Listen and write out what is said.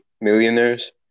millionaires